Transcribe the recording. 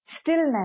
stillness